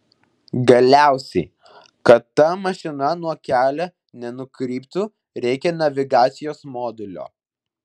galiausiai kad ta mašina nuo kelio nenukryptų reikia navigacijos modulio